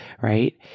right